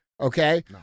okay